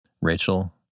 Rachel